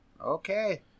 Okay